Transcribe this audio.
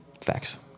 Facts